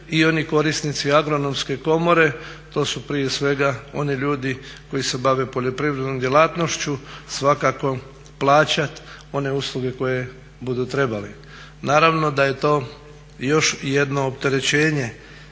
i oni korisnici agronomske komore, to su prije svega oni ljudi koji se bave poljoprivrednom djelatnošću svakako plaćati one usluge koje budu trebali. Naravno da je to još jedno opterećenje